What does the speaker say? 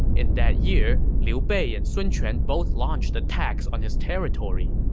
in that year, liu bei and sun quan both launched attacks on his territory.